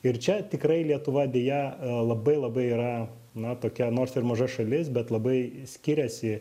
ir čia tikrai lietuva deja labai labai yra na tokia nors ir maža šalis bet labai skiriasi